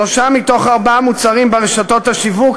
שלושה מתוך ארבעה מוצרים ברשתות השיווק